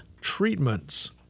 treatments